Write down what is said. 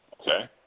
Okay